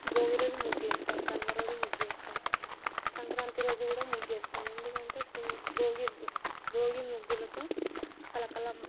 భోగి రోజు ముగ్గేస్తాం కనుమ రోజు ముగ్గేస్తాం సంక్రాంతి రోజు కూడా ముగ్గేస్తాం ఎందుకంటే భోగి భోగి ముగ్గులతో కళకళ